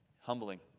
humbling